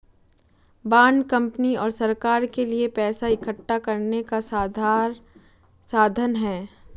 bond company और सरकार के लिए पैसा इकठ्ठा करने का साधन है